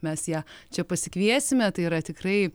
mes ją čia pasikviesime tai yra tikrai